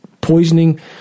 poisoning